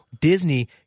Disney